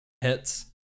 hits